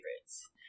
favorites